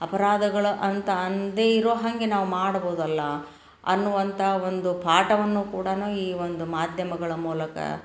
ಅಪರಾಧಗಳು ಅಂತ ಅನ್ನದೇ ಇರೋ ಹಾಗೆ ನಾವು ಮಾಡ್ಬೋದಲ್ಲ ಅನ್ನುವಂಥ ಒಂದು ಪಾಠವನ್ನು ಕೂಡಾ ಈ ಒಂದು ಮಾಧ್ಯಮಗಳ ಮೂಲಕ